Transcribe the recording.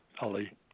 Ali